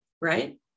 Right